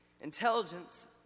Intelligence